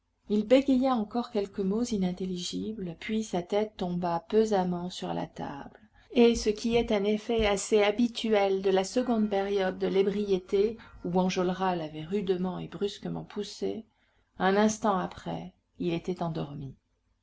il bégaya encore quelques mots inintelligibles puis sa tête tomba pesamment sur la table et ce qui est un effet assez habituel de la seconde période de l'ébriété où enjolras l'avait rudement et brusquement poussé un instant après il était endormi